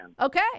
Okay